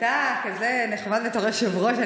אתה כזה נחמד בתור יושב-ראש.